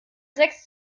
sechs